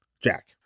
Jack